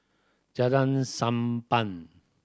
Jalan Sunppan